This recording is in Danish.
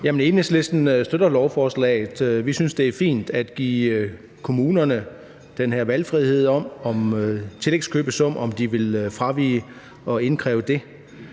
Enhedslisten støtter lovforslaget. Vi synes, det er fint at give kommunerne valgfrihed med hesyn til at frafalde at indkræve den